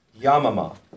Yamama